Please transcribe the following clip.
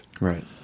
Right